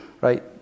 right